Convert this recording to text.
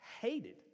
hated